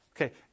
Okay